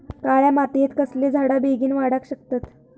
काळ्या मातयेत कसले झाडा बेगीन वाडाक शकतत?